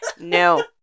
no